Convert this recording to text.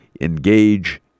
engage